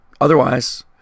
Otherwise